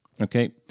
Okay